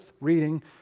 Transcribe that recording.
reading